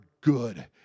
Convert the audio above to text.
good